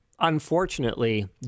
unfortunately